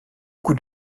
coups